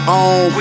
on